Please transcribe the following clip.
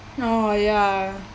oh ya